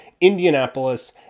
Indianapolis